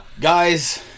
Guys